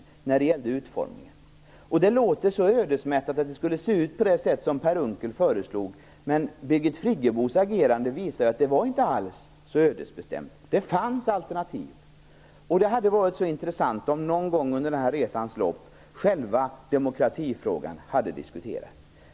Det låter så ödesmättat när man hör att det skulle se ut på det sätt som Per Unckel föreslog. Men Birgit Friggebos agerande visar att det inte alls var så ödesbestämt. Det fanns alternativ. Det hade varit mycket intressant om själva demokratifrågan åtminstone någon gång under denna resas gång hade diskuterats.